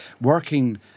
working